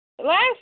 Last